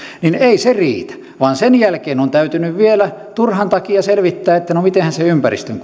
niin ei se riitä vaan sen jälkeen on täytynyt vielä turhan takia selvittää että no mitenhän se ympäristön